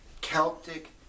Celtic